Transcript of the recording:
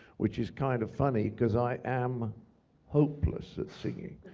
which is kind of funny, because i am hopeless at singing.